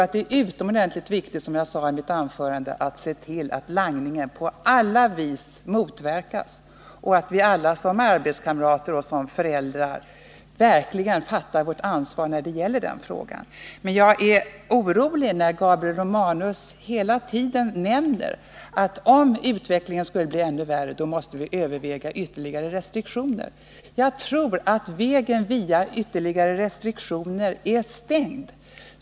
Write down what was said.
Som jag sade i mitt huvudanförande tror jag att det är utomordentligt nödvändigt att se till att langningen på alla vis motverkas och att vi alla som arbetskamrater och föräldrar verkligen inser vårt ansvar när det gäller den frågan. Men jag är orolig när Gabriel Romanus hela tiden säger att'om utvecklingen skulle bli ännu värre måste vi överväga ytterligare restriktioner. Jag tror att vägen via ytterligare restriktioner inte skulle ge åsyftat resultat.